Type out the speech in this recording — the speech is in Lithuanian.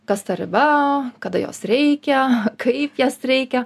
kas ta riba kada jos reikia kaip jas reikia